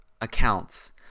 accounts